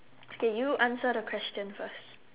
okay you answer the question first